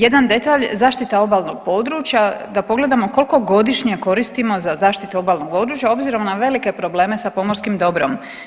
Jedan detalj, zaštita obalnog područja, da pogledamo koliko godišnje koristimo za zaštitu obalnog područja obzirom na velike probleme sa pomorskim dobrom.